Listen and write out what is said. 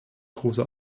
großer